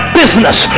business